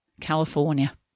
California